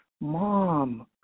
Mom